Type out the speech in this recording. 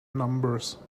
numbers